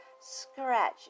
scratch